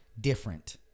different